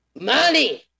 Money